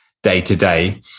day-to-day